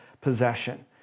possession